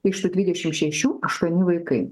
iš tų dvidešimt šešių aštuoni vaikai